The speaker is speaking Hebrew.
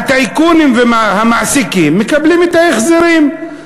הטייקונים והמעסיקים מקבלים את ההחזרים.